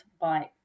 bite